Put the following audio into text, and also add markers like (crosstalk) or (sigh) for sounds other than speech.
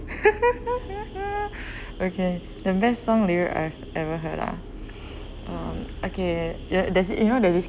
(laughs) (breath) okay the best song do you I've ever heard ah (breath) um okay ya there's you know there's this